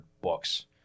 books